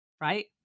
Right